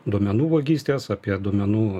duomenų vagystes apie duomenų